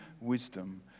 wisdom